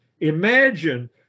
imagine